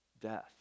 death